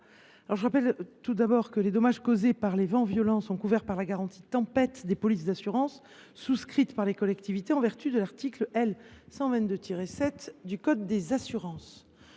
rappeler que les dommages causés par les vents violents sont couverts par la garantie tempête des polices d’assurance souscrites par les collectivités, en vertu de l’article L. 122 7 du code des assurances.